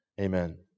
Amen